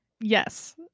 Yes